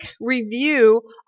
review